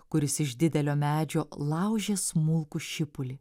kuris iš didelio medžio laužė smulkų šipulį